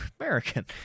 American